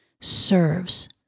serves